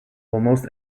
almost